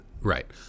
right